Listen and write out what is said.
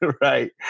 right